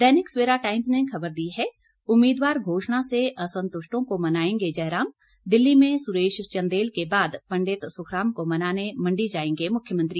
दैनिक Savera Times ने खबर दी है उम्मीदवार घोषणा से असंतुष्टों को मनाएंगे जयराम दिल्ली में सुरेश चंदेल के बाद पंडित सुखराम को मनाने मंडी जांएगे मुख्यमंत्री